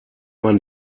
man